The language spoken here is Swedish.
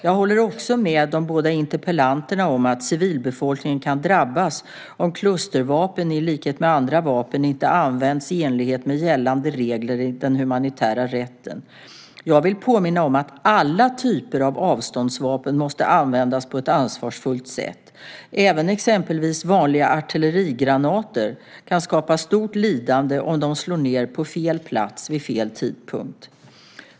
Jag håller också med de båda interpellanterna om att civilbefolkningen kan drabbas om klustervapen, i likhet med andra vapen, inte används i enlighet med gällande regler i den humanitära rätten. Jag vill påminna om att alla typer av avståndsvapen måste användas på ett ansvarsfullt sätt. Även exempelvis vanliga artillerigranater kan skapa stort lidande om de slår ned på fel plats vid fel tidpunkt.